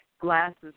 glasses